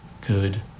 good